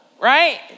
Right